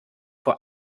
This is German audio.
vor